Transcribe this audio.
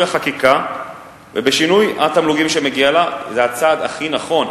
החקיקה ובשינוי התמלוגים שמגיעים לה זה הצעד הכי נכון,